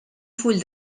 full